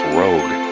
rogue